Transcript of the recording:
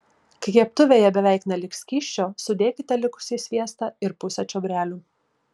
kai keptuvėje beveik neliks skysčio sudėkite likusį sviestą ir pusę čiobrelių